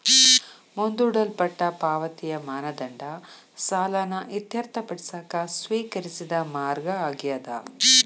ಮುಂದೂಡಲ್ಪಟ್ಟ ಪಾವತಿಯ ಮಾನದಂಡ ಸಾಲನ ಇತ್ಯರ್ಥಪಡಿಸಕ ಸ್ವೇಕರಿಸಿದ ಮಾರ್ಗ ಆಗ್ಯಾದ